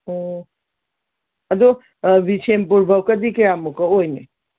ꯑꯣ ꯑꯗꯨ ꯕꯤꯁꯦꯝꯄꯨꯔꯐꯥꯎꯕꯗꯤ ꯀꯌꯥꯃꯨꯛꯀ ꯑꯣꯏꯅꯤ